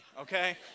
okay